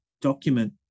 document